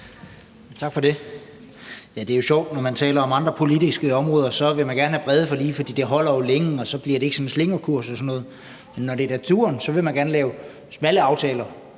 Tak for det. Det er jo sjovt, for når man taler om andre politiske områder, vil man gerne have brede forlig, fordi de holder længe, og fordi der så ikke kommer slingrekurs og sådan noget, men når det er naturen, vil man gerne lave smalle aftaler.